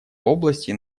области